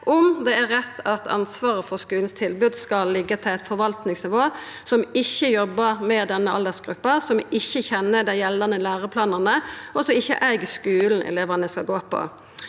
om det er rett at ansvaret for skuletilbodet skal liggja til eit forvaltningsnivå som ikkje jobbar med denne aldersgruppa, som ikkje kjenner dei gjeldande læreplanane, og som ikkje eig skulen elevane skal gå på.